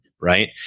Right